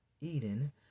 Eden